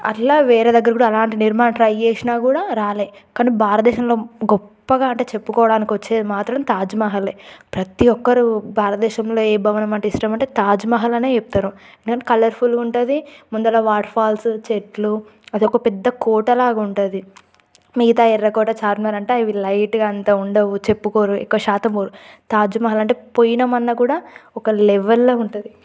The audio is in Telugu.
అట్లా వేరే దగ్గర కూడా అలాంటి నిర్మాణం ట్రై చేసినా కూడా రాలేదు కానీ భారతదేశంలో గొప్పగా అంటే చెప్పుకోవడానికి వచ్చేది మాత్రం తాజ్మహలే ప్రతి ఒక్కరు భారత దేశంలో ఏ భవనం అంటే ఇష్టం అంటే తాజ్మహల్ అనే చెప్తారు ఎందుకంటే కలర్ఫుల్గా ఉంటుంది ముందర వాటర్ ఫాల్స్ చెట్లు అదొక పెద్ద కోట లాగా ఉంటుంది మిగతా ఎర్రకోట చార్మినార్ అంటే అవి లైట్గా అంత ఉండవు చెప్పుకోరు ఎక్కువ శాతం తాజ్మహల్ అంటే పోయినం అన్నా కూడా ఒక లెవెల్లో ఉంటుంది